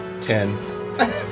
ten